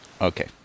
Okay